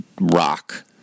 rock